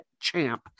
champ